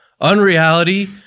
Unreality